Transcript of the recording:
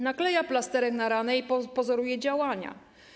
Nakleja plasterek na ranę i pozoruje działania.